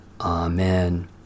Amen